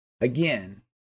again